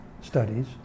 studies